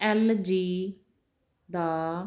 LG the